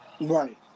right